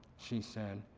she said,